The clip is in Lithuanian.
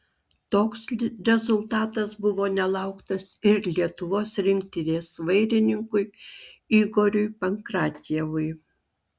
toks rezultatas buvo nelauktas ir lietuvos rinktinės vairininkui igoriui pankratjevui